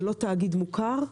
זה לא תאגיד מוכר.